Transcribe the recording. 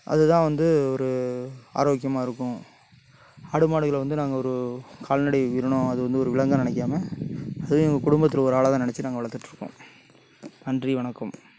அது தான் வந்து ஒரு ஆரோக்கியமாக இருக்கும் ஆடு மாடுகளை வந்து நாங்கள் ஒரு கால்நடை உயிரினம் அது வந்து ஒரு விலங்கா நினைக்காம அதையும் எங்க குடும்பத்தில் ஒரு ஆளா தான் நினச்சி நாங்கள் வளர்த்துட்டு இருக்கோம் நன்றி வணக்கம்